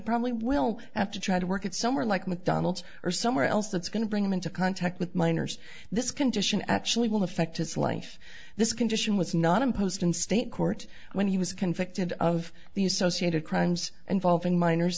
probably will have to try to work at somewhere like mcdonald's or somewhere else that's going to bring him into contact with minors this condition actually will affect his life this condition was not imposed in state court when he was convicted of the associated crimes involving minors